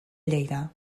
lleida